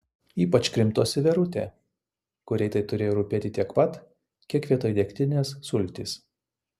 ypač krimtosi verutė kuriai tai turėjo rūpėti tiek pat kiek vietoj degtinės sultys